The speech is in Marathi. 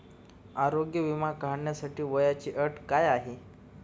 आरोग्य विमा काढण्यासाठी वयाची अट काय आहे?